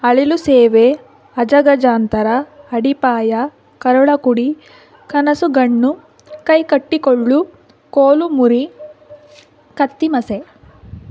ಅಳಿಲು ಸೇವೆ ಅಜಗಜಾಂತರ ಅಡಿಪಾಯ ಕರುಳಕುಡಿ ಕನಸುಗಣ್ಣು ಕೈಕಟ್ಟಿಕೊಳ್ಳು ಕೋಲು ಮುರಿ ಕತ್ತಿ ಮಸೆ